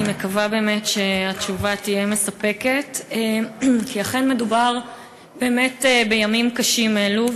אני מקווה באמת שהתשובה תהיה מספקת כי אכן מדובר באמת בימים קשים אלו,